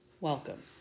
Welcome